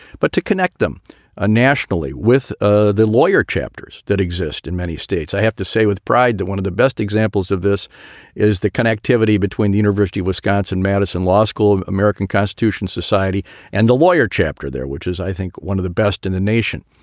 but to connect them ah nationally with ah the lawyer chapters that exist in many states. i have to say with pride that one of the best examples of this is the connectivity between the university of wisconsin, madison law school, american constitution society and the lawyer chapter there, which is, i think, one of the best in the nation.